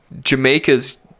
Jamaica's